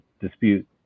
dispute